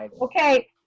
Okay